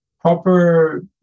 proper